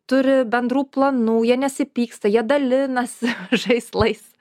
turi bendrų planų jie nesipyksta jie dalinasi žaislais